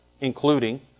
including